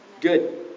Good